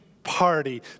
party